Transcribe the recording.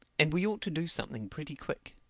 and we ought to do something pretty quick.